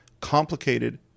complicated